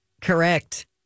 Correct